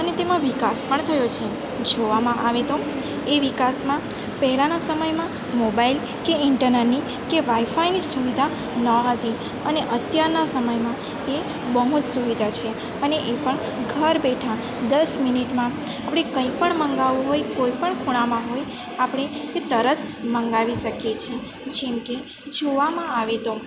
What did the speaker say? અને તેમાં વિકાસ પણ થયો છે જોવામાં આવે તો એ વિકાસમાં પહેલાંનાં સમયમાં મોબાઈલ કે ઈન્ટરનન કે વાઇફાઈની સુવિધા ન હતી અને અત્યારના સમયમાં એ બહુ જ સુવિધા છે અને એ પણ ઘર બેઠાં દસ મિનિટમાં પણ આપણે કંઈ પણ મંગાવવું હોય કોઈ પણ ખૂણામાં હોય આપણે એ તરત મંગાવી શકીએ છીએ જેમકે જોવામાં આવે તો